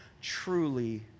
truly